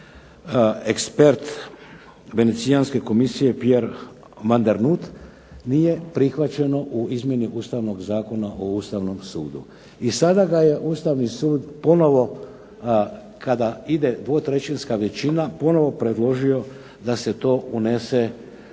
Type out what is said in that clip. ekspert Venecijanske komisije Pierre …/Govornik se ne razumije./… nije prihvaćeno u izmjeni Ustavnog zakona o Ustavnom sudu. I sada ga je Ustavni sud ponovo kada ide dvotrećinska većina ponovo predložio da se to unese